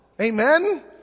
Amen